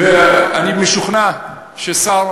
אני משוכנע שהשר